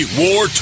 war